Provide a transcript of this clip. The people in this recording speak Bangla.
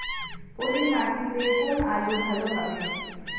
পলি মাটিতে কোন আলু ভালো হবে?